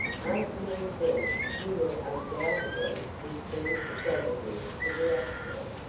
aunt winnie says you will undoubtedly received damages for the accident.